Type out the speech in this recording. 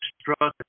structure